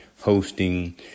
hosting